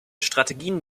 strategien